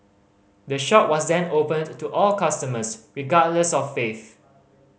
the shop was then opened to to all customers regardless of faith